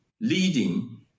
leading